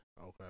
Okay